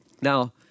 Now